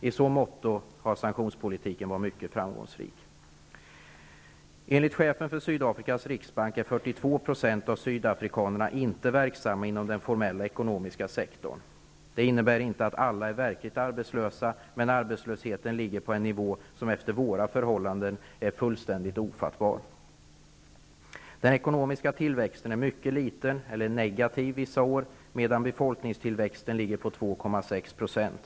I så måtto har sanktionspolitiken varit framgångsrik. Enligt chefen för Sydafrikas riksbank är 42 % av sydafrikanerna inte verksamma inom den formella ekonomiska sektorn. Detta innebär inte att alla är verkligt arbetslösa, men arbetslösheten ligger på en nivå som efter våra förhållanden är fullständigt ofattbar. Den ekonomiska tillväxten är mycket liten, eller negativ vissa år, medan befolkningstillväxten ligger på 2,6 %.